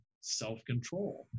self-control